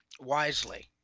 wisely